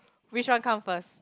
which one come first